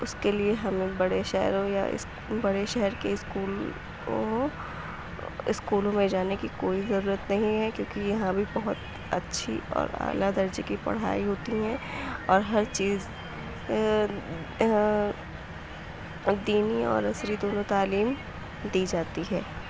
اس کے لیے ہمیں بڑے شہروں یا اسکول بڑے شہر کے اسکول کو اسکولوں میں جانے کی کوئی ضرورت نہیں ہے کیوں کہ یہاں بھی بہت اچھی اور اعلیٰ درجے کی پڑھائی ہوتی ہیں اور ہر چیز دینی اور عصری دونوں تعلیم دی جاتی ہیں